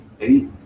eight